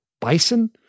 Bison